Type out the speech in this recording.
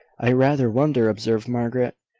i rather wonder, observed margaret,